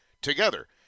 together